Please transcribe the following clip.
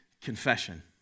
confession